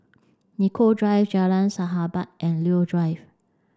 Nicoll Drive Jalan Sahabat and Leo Drive